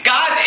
God